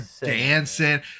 dancing